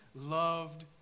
loved